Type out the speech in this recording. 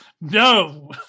No